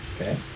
Okay